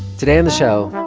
today on the show,